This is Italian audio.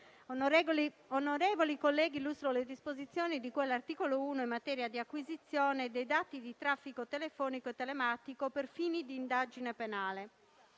Onorevoli colleghi, illustro le disposizioni di cui all'articolo 1 in materia di acquisizione dei dati di traffico telefonico e telematico per fini di indagine penale.